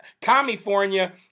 california